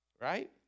right